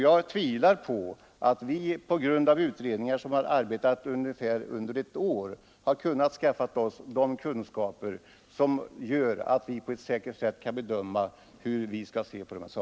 Jag tvivlar på att vi genom utredningar som har arbetat ungefär ett år har kunnat skaffa oss de kunskaper som gör att vi på ett säkert sätt kan bedöma dessa saker.